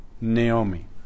Naomi